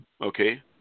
Okay